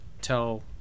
tell